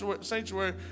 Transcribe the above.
sanctuary